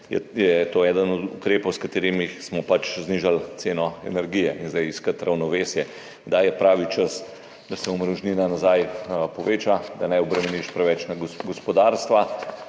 to eden od ukrepov, s katerimi smo pač znižali ceno energije, in zdaj iskati ravnovesje, kdaj je pravi čas, da se omrežnina nazaj poveča, da ne obremeniš preveč gospodarstva,